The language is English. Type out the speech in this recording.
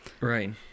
right